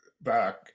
back